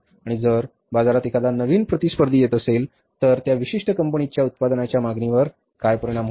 आणि जर बाजारात एखादा नवीन प्रतिस्पर्धी येत असेल तर त्या विशिष्ट कंपनीच्या उत्पादनाच्या मागणीवर काय परिणाम होतो